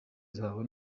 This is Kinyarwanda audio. zawe